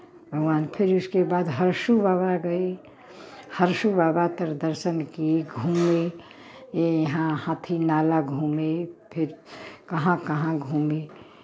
भगवान फिर उसके बाद हर्षू बाबा गए हर्षू बाबा तर दर्शन किए घूमे ये यहाँ हाथी नाला घूमें फिर कहाँ कहाँ घूमे